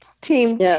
Team